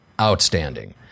outstanding